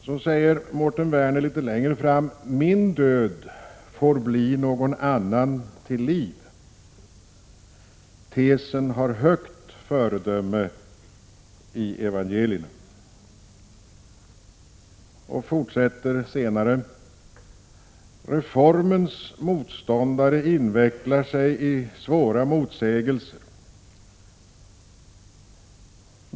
Mårten Werner anför litet längre fram i artikeln: ”——— min död får bli någon annan till liv. Tesen har högt föredöme i evangelierna.” Han fortsätter: ”Reformens motståndare —-- invecklar sig i svåra motsägelser.